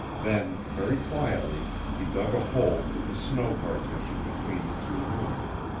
then, very quietly, he dug a hole through the snow partition between the two rooms.